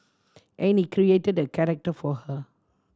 and he created a character for her